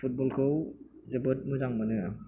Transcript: फुटबलखौ जोबोद मोजां मोनो